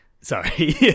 Sorry